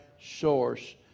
source